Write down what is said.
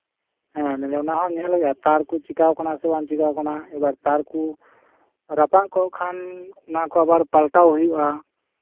ᱦᱮᱸ ᱚᱱᱟ ᱦᱚᱸ ᱧᱮᱞ ᱦᱩᱭᱩᱜᱼᱟ ᱛᱟᱨ ᱠᱚ ᱪᱮᱠᱟᱣ ᱠᱟᱱᱟ ᱥᱮ ᱵᱟᱝ ᱪᱮᱠᱟᱣ ᱠᱟᱱᱟ ᱮᱵᱟᱨ ᱛᱟᱨ ᱠᱩ ᱨᱟᱯᱟᱜ ᱠᱚᱜ ᱠᱷᱟᱱ ᱚᱱᱟ ᱟᱵᱟᱨ ᱯᱟᱞᱴᱟᱣ ᱦᱩᱭᱩᱜᱼᱟ